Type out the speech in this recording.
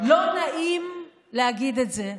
לא נעים להגיד את זה,